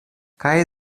kaj